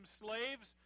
slaves